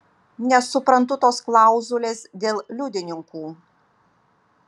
nesuprantu tos klauzulės dėl liudininkų